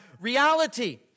reality